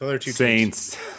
Saints